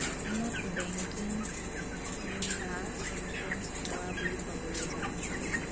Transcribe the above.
অসমত বেংকিং বা ইঞ্চুৰেন্স সেৱা বুলি ক'বলৈ যাওঁতে আমি